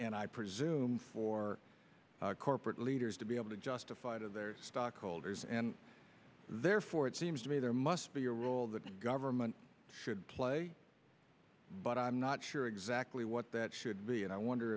and i presume for corporate leaders to be able to justify to their stockholders and therefore it seems to me there must be a role that the government should play but i'm not sure exactly what that should be and i wonder